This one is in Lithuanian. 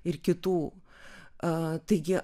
ir kitų a taigi